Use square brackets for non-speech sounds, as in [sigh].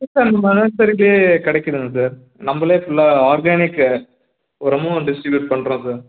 [unintelligible] கிடைக்குதுங்க சார் நம்மளே ஃபுல்லா ஆர்கானிக்கு உரமும் டிஸ்ட்ரிபியூட் பண்ணுறோம் சார்